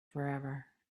forever